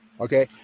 Okay